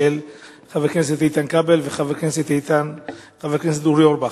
של חבר הכנסת איתן כבל ושל חבר הכנסת אורי אורבך.